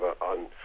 on